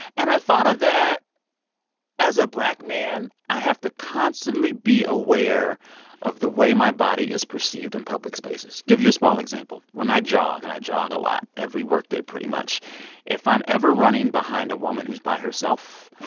and i thought of that as a black man, man, i have to constantly be aware of the way my body is perceived in public spaces give you a small example. when i jog and i jog a lot, every workday pretty much if i'm ever running behind a woman who's by herself,